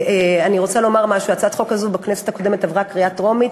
ואני רוצה לומר משהו: הצעת החוק הזאת עברה בכנסת הקודמת בקריאה טרומית.